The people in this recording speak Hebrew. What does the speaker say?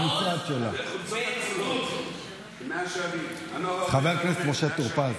יש שתי זהויות יהודיות, מעוז, חבר הכנסת טור פז.